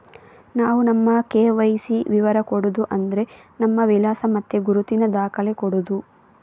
ನಾವು ನಮ್ಮ ಕೆ.ವೈ.ಸಿ ವಿವರ ಕೊಡುದು ಅಂದ್ರೆ ನಮ್ಮ ವಿಳಾಸ ಮತ್ತೆ ಗುರುತಿನ ದಾಖಲೆ ಕೊಡುದು